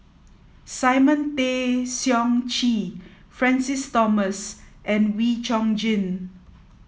Simon Tay Seong Chee Francis Thomas and Wee Chong Jin